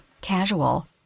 casual